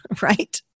right